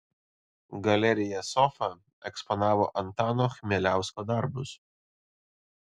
galerija sofa eksponavo antano chmieliausko darbus